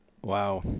Wow